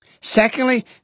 Secondly